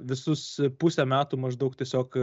visus pusę metų maždaug tiesiog